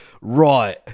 Right